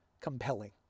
compelling